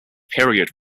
period